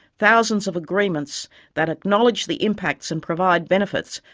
thousands of agreements that acknowledge the impacts and provide benefits,